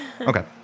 Okay